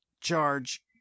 charge